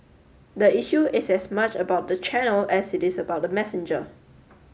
the issue is as much about the channel as it is about the messenger